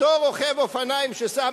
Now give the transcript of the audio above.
אותו רוכב אופניים ששם,